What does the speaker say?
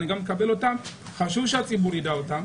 גם אני מקבל אותם וחשוב שהציבור יקבל אותם.